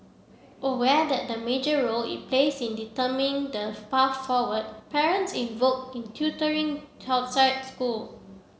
aware that the major role it plays in determining the path forward parents invoke in tutoring outside school